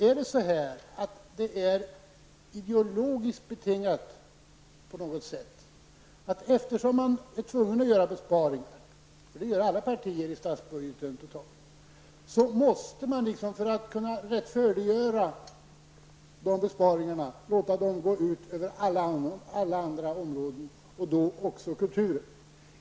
Är det på något sätt ideologiskt betingat att eftersom man är tvungen att göra besparingar -- det gör alla partier i statsbudgeten -- måste man för att kunna rättfärdiggöra besparingar låta dem gå ut över alla områden och även kulturen?